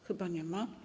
Chyba nie ma.